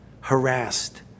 harassed